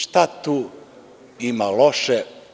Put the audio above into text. Šta tu ima loše?